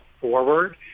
forward